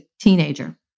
teenager